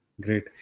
great